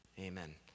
amen